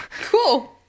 Cool